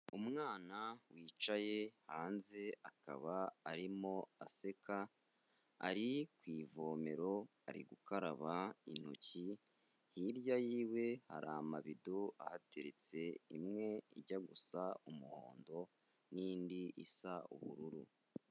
Umwana wicaye hanze akaba arimo aseka, ari ku ivomero ari gukaraba intoki, hirya yiwe hari amabido ahateretse imwe ijya gusa umuhondo n'indi isa ubururu.